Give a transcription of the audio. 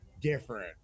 different